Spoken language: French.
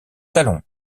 talons